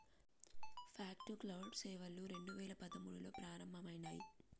fog to cloud సేవలు రెండు వేల పదమూడులో ప్రారంభమయినాయి